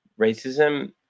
racism